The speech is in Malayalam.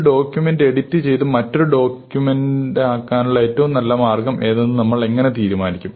ഒരു ഡോക്യൂമെന്റു എഡിറ്റു ചെയ്ത് മറ്റൊരു ഡോക്യൂമെന്റാനുമുള്ള ഏറ്റവും നല്ല മാർഗം ഏതെന്ന് നമ്മൾ എങ്ങനെ തീരുമാനിക്കും